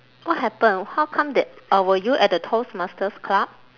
what happen how come that or were you at the toastmasters club